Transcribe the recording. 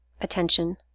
attention